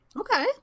Okay